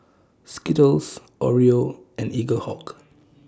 Skittles Oreo and Eaglehawk